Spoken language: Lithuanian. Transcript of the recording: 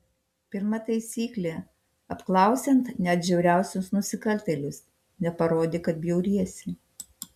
pirma taisyklė apklausiant net žiauriausius nusikaltėlius neparodyk kad bjauriesi